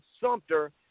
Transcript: Sumter